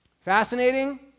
Fascinating